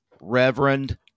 Reverend